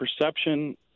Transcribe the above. perception